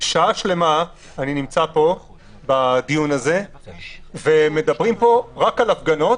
אני נמצא פה בדיון שעה שלמה, ומדברים רק על הפגנות